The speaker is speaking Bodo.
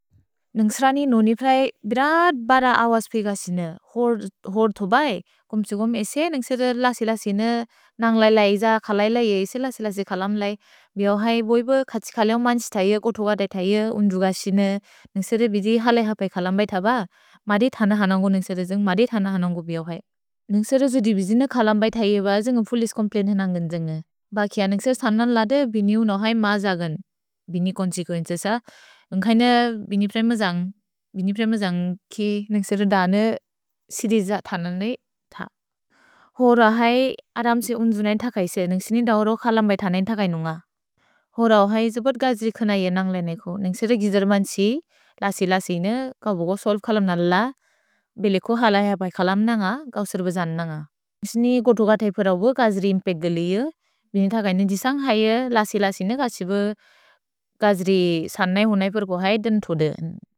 न्îन्ग्स्र नि न्ôनि प्रए बिरत् बर अवस् पिग सिन्ê, होर्तोबै, कुम्त्सुगोम् एसे न्îन्ग्सिर लसिल सिन्ê नन्ग्लैल एज कलैल एजे लसिल से कलम्लै। भिओहै बोइब्ê कत्सिकलेव् मन्छितैê, कोतुगदै तैê, उन्जुग सिन्ê, न्îन्ग्सिर बिदि हलै हपै कलम्बै तब, मदित् हन हनोन्गो न्îन्ग्सिर जुन्ग्, मदित् हन हनोन्गो बिओहै। न्îन्ग्सिर जुदिबिजिन कलम्बै तैêब जुन्ग् फुलिस् कोम्प्लेन्तिन् अन्गिन् जुन्ग्ê। भकिअ न्îन्ग्सिर सनन् लदे बिनि उनोहै मजगन्, बिनि कोन्छिको इन्त्सेस, उन्खैन बिनि प्रेम जन्ग्, बिनि प्रेम जन्ग् कि न्îन्ग्सिर दने सिदि ज तननै त। होर है अरम्से उन्जु नैन् तकैस्ê, न्îन्ग्सिनि दव्रो कलम्बै तनैन् तकैनुन्ग। होर ओहै जुबत् गज्रि खनैê नन्ग्लैनेको, न्îन्ग्सिर गिजर् मन्छितैê, लसिल सिन्ê, कव्बोगो सोल्व् कलम्नल, बिलेकु हलै हपै कलम् नन्ग, गौ सिर्ब जन् नन्ग। न्îन्ग्सिनि कोथुग तैप रौब गज्रि इम्पेक् गल्êê, बिनि तकैनुन्ग गिजन्ग् हैê, लसिल सिन्ê, कछिब गज्रि सननै होनैप रुकोहै दन् थोद्ê।